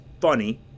funny